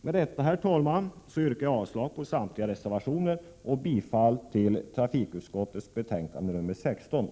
Med detta, herr talman, yrkar jag avslag på samtliga reservationer och bifall till trafikutskottets betänkande nr 16.